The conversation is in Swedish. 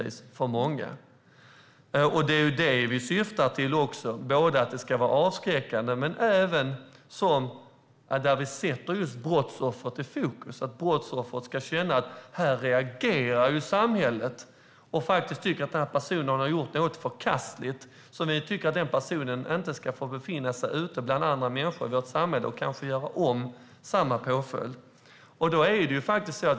Det är det som påföljderna syftar till, att de ska vara avskräckande och att brottsoffret ska känna att samhället reagerar och anser att personen har gjort något förkastligt och därför inte ska få befinna sig ute bland andra människor och kanske göra om samma brott.